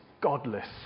godless